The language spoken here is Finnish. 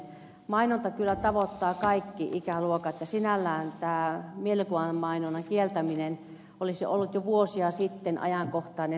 mainonta kyllä tavoittaa kaikki ikäluokat ja sinällään tämä mielikuvamainonnan kieltäminen olisi ollut jo vuosia sitten ajankohtainen toteutettavaksi